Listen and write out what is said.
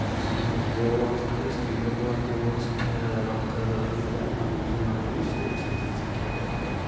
ଏଇ ମୋ ମତରେ ଯେ ସ୍ତ୍ରୀ ଲୋକମାନେ କେବଳ ଶିକ୍ଷା ଦରକାର ନୁହେଁ ପୁରୁଷମାନେ ବି ସେ ସେତିକି ଶିଖିବା ଦରକାର